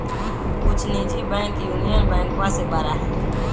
कुछ निजी bank Union बैंकवा से बड़ा हई